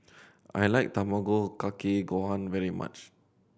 I like Tamago Kake Gohan very much